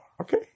Okay